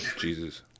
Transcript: Jesus